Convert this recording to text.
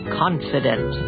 confident